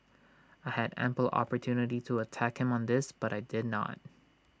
I had ample opportunity to attack him on this but I did not